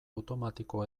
automatiko